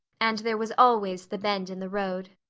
and there was always the bend in the road!